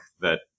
that-